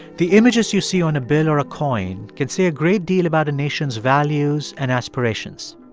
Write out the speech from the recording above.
the images you see on a bill or a coin can say a great deal about a nation's values and aspirations.